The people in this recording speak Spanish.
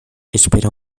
espera